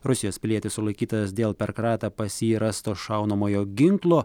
rusijos pilietis sulaikytas dėl per kratą pas jį rasto šaunamojo ginklo